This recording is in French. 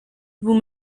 vous